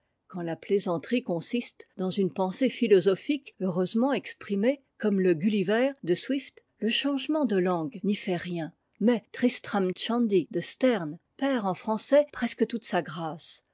quand la plaisanterie consiste dans une pensée philosophique heureusement exprimée comme le cultiver de swift le changement de langue n'y fait rien mais tristram shandy de sterne perd en français presque toute sa grâce